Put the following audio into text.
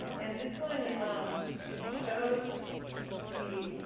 and this one shows the,